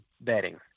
bedding